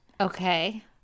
Okay